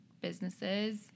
businesses